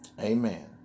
Amen